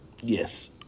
Yes